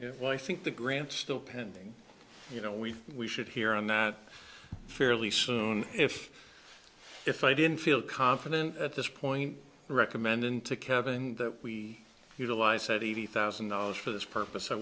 what i think the grants still pending you know we we should hear on that fairly soon if if i didn't feel confident at this point recommended to kevin that we utilize said eighty thousand dollars for this purpose i